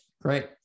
great